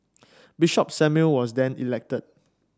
Bishop Samuel was then elected